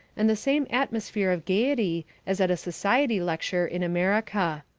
and the same atmosphere of gaiety as at a society lecture in america.